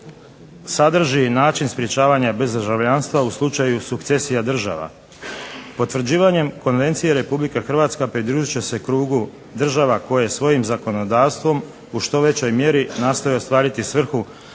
sadrži i način sprječavanja bez državljanstva u slučaju sukcesija država. Potvrđivanjem konvencije Republika Hrvatska pridružit će se krugu država koje svojim zakonodavstvom u što većoj mjeri nastoje ostvariti svrhu